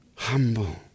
humble